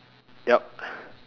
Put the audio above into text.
ya